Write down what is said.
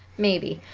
maybe